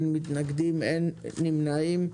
אין מתנגדים ואין נמנעים.